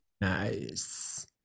Nice